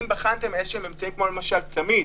והאם בחנתם איזשהם אמצעים כמו למשל צמיד,